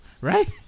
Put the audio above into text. right